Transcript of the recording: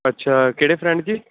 ਅੱਛਾ ਕਿਹੜੇ ਫਰੈਂਡ ਜੀ